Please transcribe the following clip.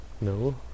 no